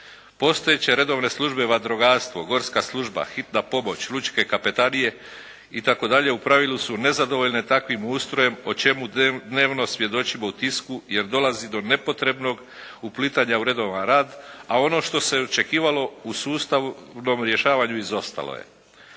Postojeće redovne službe vatrogastvo, gorska služba, hitna pomoć, lučke kapetanije itd. u pravilu su nezadovoljne takvim ustrojem o čemu dnevno svjedočimo u tisku jer dolazi do nepotrebnog uplitanja u redovan rad, a ono što se očekivalo u sustavnom rješavanju izostalo je.